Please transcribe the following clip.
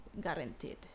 guaranteed